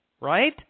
right